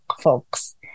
folks